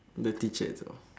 the teacher as well